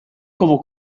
como